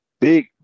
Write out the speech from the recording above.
big